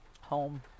Home